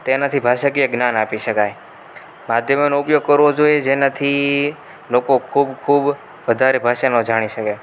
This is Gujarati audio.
તેનાથી ભાષાકીય જ્ઞાન આપી શકાય માધ્યમોનો ઉપયોગ કરવો જોઈએ જેનાથી લોકો ખૂબ ખૂબ વધારે ભાષામાં જાણી શકે